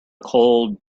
cold